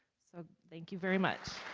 so thank you very much